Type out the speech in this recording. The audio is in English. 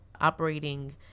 operating